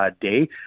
day